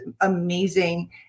amazing